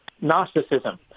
Gnosticism